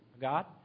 God